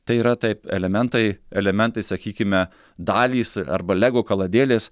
tai yra taip elementai elementai sakykime dalys arba lego kaladėlės